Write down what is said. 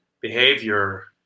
behavior